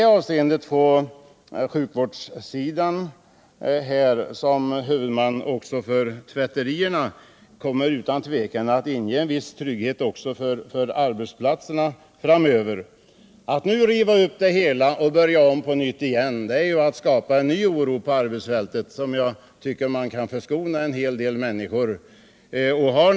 Om landstingen blir huvudman för dessa tvätterier, innebär det utan tvivel en viss trygghet också för de anställda. Att nu riva upp det hela och börja om på nytt är att skapa oro på arbetsfältet, något som jag tycker man kan förskona de anställda från.